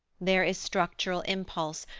there is structural impulse,